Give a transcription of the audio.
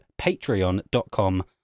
patreon.com